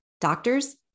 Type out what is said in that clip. doctors